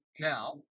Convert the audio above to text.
Now